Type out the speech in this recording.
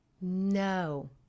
No